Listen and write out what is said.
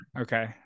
okay